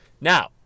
Now